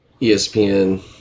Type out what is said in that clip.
ESPN